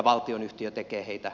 arvoisa puhemies